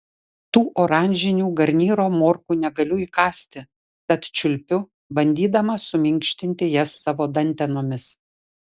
tų oranžinių garnyro morkų negaliu įkąsti tad čiulpiu bandydama suminkštinti jas savo dantenomis